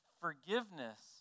forgiveness